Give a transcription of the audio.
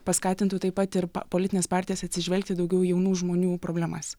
paskatintų taip pat ir politines partijas atsižvelgti daugiau į jaunų žmonių problemas